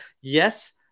Yes